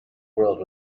world